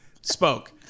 spoke